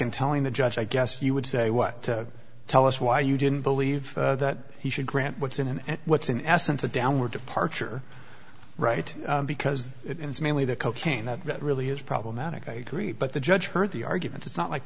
and telling the judge i guess you would say what tell us why you didn't believe that he should grant what's in and what's in essence a downward departure right because it is mainly the cocaine that really is problematic i agree but the judge heard the arguments it's not like